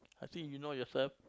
I think you know yourself